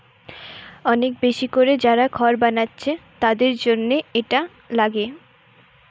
অনেক বেশি কোরে যারা খড় বানাচ্ছে তাদের জন্যে এটা লাগে